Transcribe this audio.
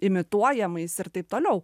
imituojamais ir taip toliau